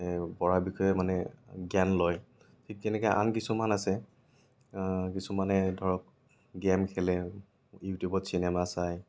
সেই পঢ়া বিষয়ে মানে জ্ঞান লয় ঠিক তেনেকৈ আন কিছুমান আছে কিছুমানে ধৰক গেম খেলে ইউটিউবত চিনেমা চাই